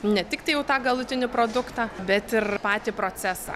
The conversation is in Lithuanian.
ne tik tai jau tą galutinį produktą bet ir patį procesą